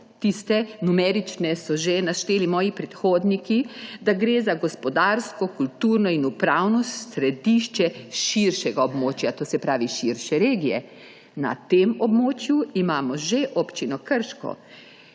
tiste numerične so že našteli moji predhodniki – da gre za gospodarsko, kulturno in upravno središče širšega območja, to se pravi širše regije. Na tem območju imamo že občino Krško.